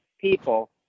People